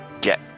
get